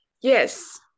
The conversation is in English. Yes